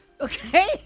okay